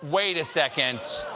wait a second,